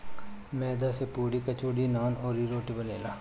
मैदा से पुड़ी, कचौड़ी, नान, अउरी, रोटी बनेला